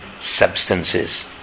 substances